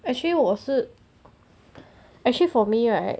actually 我是 actually for me right